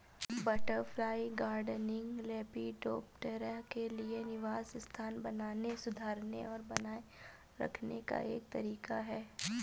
butterfly gardening, lepidoptera के लिए निवास स्थान बनाने, सुधारने और बनाए रखने का एक तरीका है